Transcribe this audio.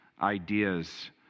ideas